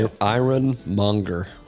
Ironmonger